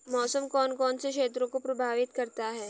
मौसम कौन कौन से क्षेत्रों को प्रभावित करता है?